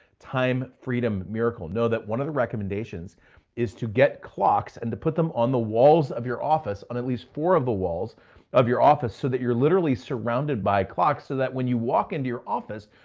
time, freedom miracle, know that one of the recommendations is to get clocks and to put them on the walls of your office on at least four of the walls of your office so that you're literally surrounded by clocks so that when you walk into your office,